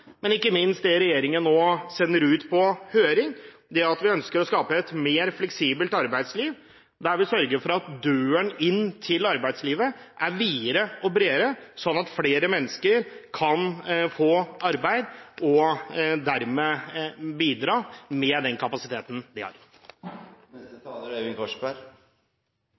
men ikke minst er jeg glad for det regjeringen nå sender ut på høring: at vi ønsker å skape et mer fleksibelt arbeidsliv der vi sørger for at døren inn til arbeidslivet er videre og bredere, sånn at flere mennesker kan få arbeid og dermed bidra med den kapasiteten de